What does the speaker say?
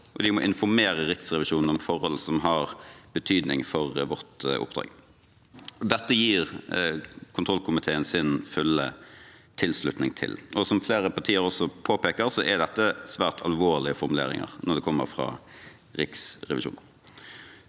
de må informere Riksrevisjonen om forhold som har betydning for vårt oppdrag.» Dette gir kontrollkomiteen sin fulle tilslutning til, og som flere partier også påpeker, er dette svært alvorlige formuleringer når det kommer fra Riksrevisjonen.